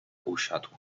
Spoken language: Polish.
usiadł